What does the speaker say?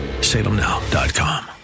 salemnow.com